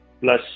plus